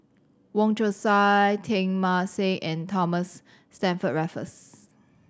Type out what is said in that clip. Wong Chong Sai Teng Mah Seng and Thomas Stamford Raffles